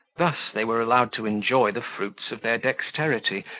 thus they were allowed to enjoy the fruits of their dexterity,